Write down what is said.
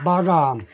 বাগান